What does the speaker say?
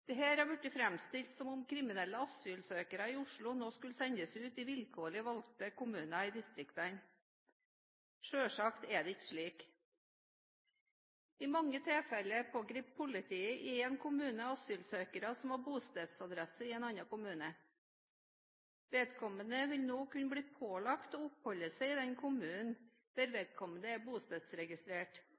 har vært framstilt som om kriminelle asylsøkere i Oslo nå skulle sendes ut i vilkårlig valgte kommuner i distriktene. Selvsagt er det ikke slik. I mange tilfeller pågriper politiet i en kommune asylsøkere som har bostedsadresse i en annen kommune. Vedkommende vil nå kunne bli pålagt å oppholde seg i den kommunen der vedkommende er bostedsregistrert.